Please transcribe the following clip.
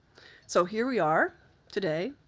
so, here we are today,